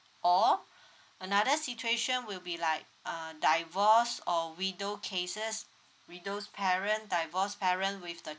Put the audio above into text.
or another situation will be like uh divorced or widow cases widow's parent divorce parent with the